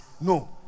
No